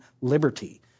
liberty